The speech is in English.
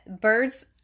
birds